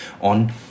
on